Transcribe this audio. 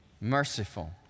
Merciful